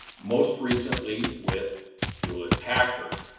most recently with hewlett-packard.